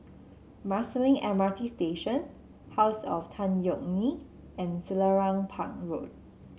Marsiling M R T Station House of Tan Yeok Nee and Selarang Park Road